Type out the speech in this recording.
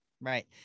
Right